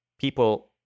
People